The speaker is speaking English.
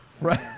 Right